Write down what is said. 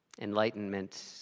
Enlightenment